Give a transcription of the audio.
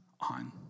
on